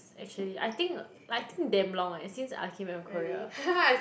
actually I think I think damn long eh since I came back from Korea